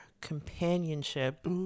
companionship